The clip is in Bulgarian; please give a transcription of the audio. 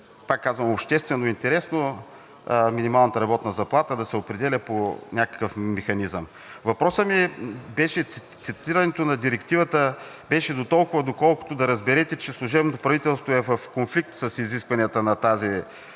пак казвам, е обществено интересно минималната работна заплата да се определя по някакъв механизъм. Въпросът ми и цитирането на Директивата беше дотолкова, доколкото да разберете, че служебното правителство е в конфликт с изискванията на тази